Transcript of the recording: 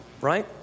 right